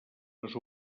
les